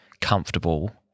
comfortable